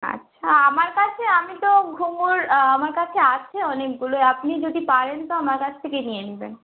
আচ্ছা আমার কাছে আমি তো ঘুঙুর আমার কাছে আছে অনেকগুলোই আপনি যদি পারেন তো আমার কাছ থেকে নিয়ে নেবেন